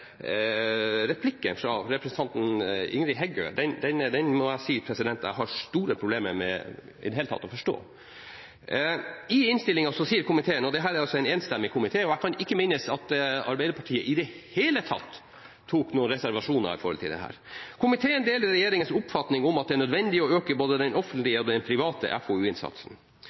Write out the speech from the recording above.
replikken fra representanten Ingrid Heggø. Den må jeg si jeg har store problemer med i det hele tatt å forstå. I innstillingen sier komiteen – og det er altså en enstemmig komité, og jeg kan ikke minnes at Arbeiderpartiet i det hele tatt hadde noen reservasjoner når det gjaldt dette: «Komiteen deler regjeringens oppfatning om at det er nødvendig å øke både den offentlige